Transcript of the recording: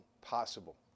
possible